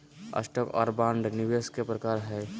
stock आर bond निवेश के प्रकार हय